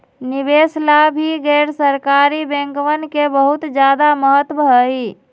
निवेश ला भी गैर सरकारी बैंकवन के बहुत ज्यादा महत्व हई